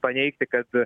paneigti kad